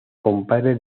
compadre